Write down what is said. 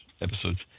episodes